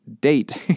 date